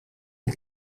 een